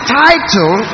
title